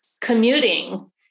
commuting